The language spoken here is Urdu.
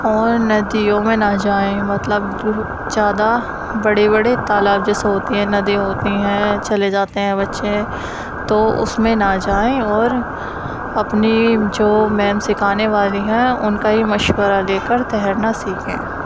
اور ندیوں میں نہ جائیں مطلب زیادہ بڑے بڑے تالاب جیسے ہوتے ہیں ندیاں ہوتی ہیں چلے جاتے ہیں بچے تو اس میں نہ جائیں اور اپنی جو میم سکھانے والی ہیں ان کا ہی مشورہ لے کر تیرنا سیکھیں